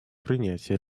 принятия